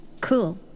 Cool